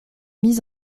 mises